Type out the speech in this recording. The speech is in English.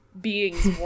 beings